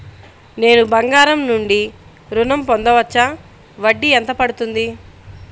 నేను బంగారం నుండి ఋణం పొందవచ్చా? వడ్డీ ఎంత పడుతుంది?